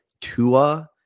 Tua